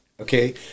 Okay